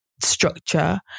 structure